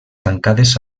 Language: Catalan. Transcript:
tancades